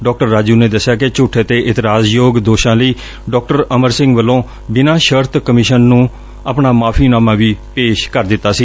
ਡਾ ਰਾਜੁ ਨੇ ਦੱਸਿਆ ਕਿ ਝੁਠੇ ਤੇ ਇਤਰਾਜ ਯੋਗ ਦੋਸ਼ਾਂ ਲਈ ਡਾ ਅਮਰ ਸਿੰਘ ਵੱਲੋ ਬਿਨੂਾਂ ਸ਼ਰਤ ਕਮਿਸ਼ਨ ਨੁੰ ਆਪਣਾ ਮੁਆਫ਼ੀਨਾਮਾ ਵੀ ਪੇਸ਼ ਕਰ ਦਿੱਤਾ ਸੀ